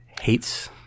hates